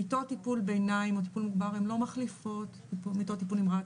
מיטות טיפול ביניים או טיפול מוגבר הן לא מחליפות מיטות טיפול נמרץ,